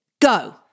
Go